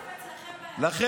הממשלה של העם, לא שלך.